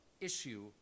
issue